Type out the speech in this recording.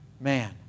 man